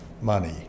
money